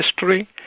history